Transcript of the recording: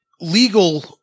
legal